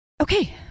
Okay